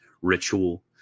ritual